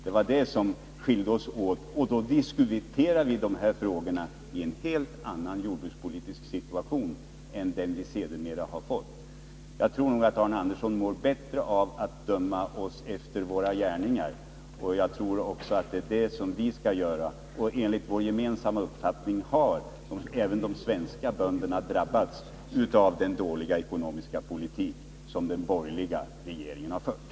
Det var det som skilde oss åt. Då diskuterade vi också dessa frågor i en helt annan jordbrukspolitisk situation än den vi sedermera har fått. Jag tror nog att Arne Andersson mår bättre av att döma oss och andra efter våra gärningar. Enligt vår gemensamma uppfattning har även de svenska bönderna drabbats av den dåliga ekonomiska politik som den borgerliga regeringen har fört.